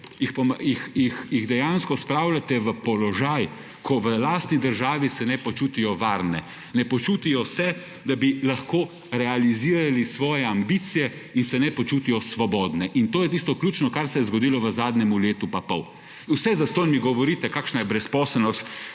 jih dejansko spravljate v položaj, ko v lastni državi se ne počutijo varne, ne počutijo se, da bi lahko realizirali svoje ambicije in se ne počutijo svobodne in to je tisto ključno, kar se je zgodilo v zadnjemu letu pa pol. Vse zastonj mi govorite, kakšna je brezposelnost,